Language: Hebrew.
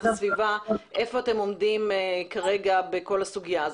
הסביבה איפה אתם עומדים כרגע בכל הסוגיה הזאת.